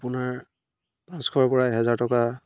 আপোনাৰ পাঁচশৰ পৰা এহেজাৰ টকা